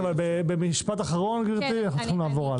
במשפט אחרון, גברתי, אנחנו צריכים לעבור הלאה.